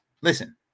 listen